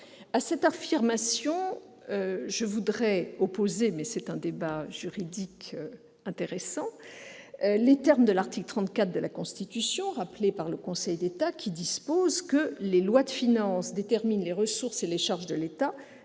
À cette affirmation, je voudrais opposer- il s'agit là d'un débat juridique intéressant - les termes de l'article 34 de la Constitution, rappelés par le Conseil d'État, article qui dispose :« Les lois de finances déterminent les ressources et les charges de l'État